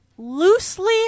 loosely